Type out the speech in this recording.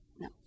No